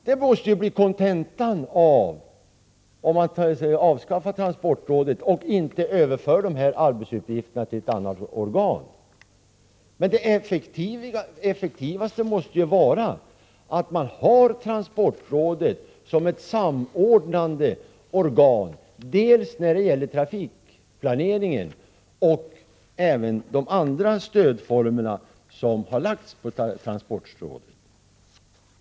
Det blir ju resultatet om man avskaffar transportrådet och inte överför dess arbetsuppgifter till något annat organ. Det effektivaste måste ju vara att man har transportrådet som ett samordnande organ, både när det gäller trafikplaneringen och när det gäller de stödformer som transportrådet satts att administrera.